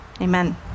Amen